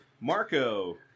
Marco